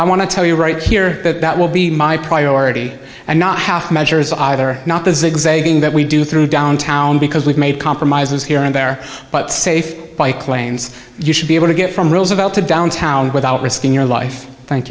to tell you right here that that will be my priority and not half measures either not the zigzagging that we do through downtown because we've made compromises here and there but safe bike lanes you should be able to get from roosevelt to downtown without risking your life thank